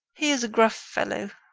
he is a gruff fellow,